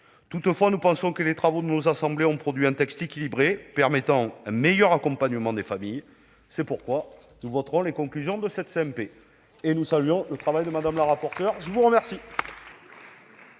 Toutefois, nous pensons que les travaux de nos assemblées ont produit un texte équilibré, permettant un meilleur accompagnement des familles. C'est pourquoi nous voterons en faveur des conclusions de cette CMP et nous saluons le travail de Mme la rapporteure. La parole